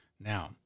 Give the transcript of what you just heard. Now